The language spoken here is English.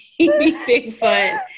Bigfoot